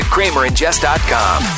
KramerandJess.com